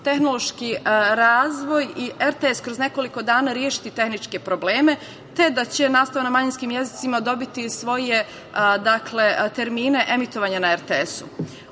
tehnološki razvoj i RTS kroz nekoliko dana rešiti tehničke probleme, te da će nastava na manjinskim jezicima dobiti svoje termine emitovanja na RTS-u.O